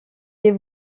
des